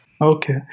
okay